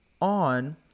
on